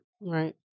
right